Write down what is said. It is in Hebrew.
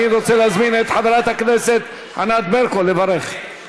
אני רוצה להזמין את חברת הכנסת ענת ברקו לברך.